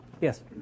Yes